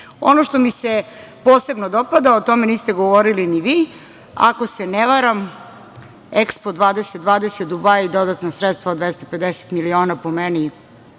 što mi se posebno dopada, o tome niste govorili ni vi, ako se ne varam „Ekspo 2020 Dubai“ dodatna sredstva od 250 miliona, po meni